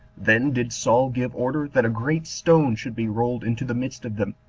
then did saul give order that a great stone should be rolled into the midst of them,